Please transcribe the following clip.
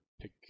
pick